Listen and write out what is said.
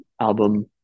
album